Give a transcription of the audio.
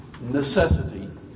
necessity